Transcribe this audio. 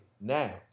now